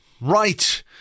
Right